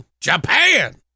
Japan